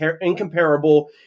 incomparable